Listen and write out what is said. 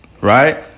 right